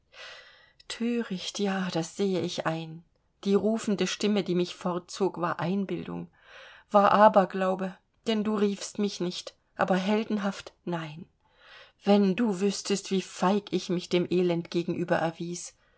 thöricht ja das sehe ich ein die rufende stimme die mich fortzog war einbildung war aberglaube denn du riefst mich nicht aber heldenhaft nein wenn du wüßtest wie feig ich mich dem elend gegenüber erwies